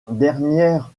dernières